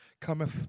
Cometh